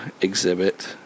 exhibit